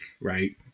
right